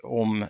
om